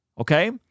Okay